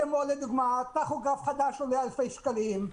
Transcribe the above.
כמו לדוגמה טכוגרף חדש שעולה אלפי שקלים,